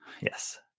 Yes